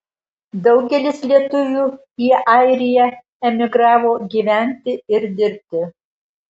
daugelis lietuvių į airiją emigravo gyventi ir dirbti